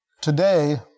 Today